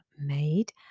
made